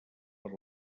per